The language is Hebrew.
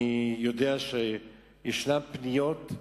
אני יודע שיש פניות,